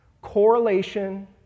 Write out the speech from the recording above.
correlation